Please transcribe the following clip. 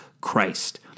Christ